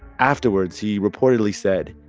afterwards, he reportedly said,